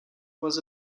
was